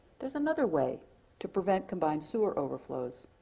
there's another way to prevent combined sewer overflows.